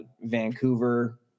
Vancouver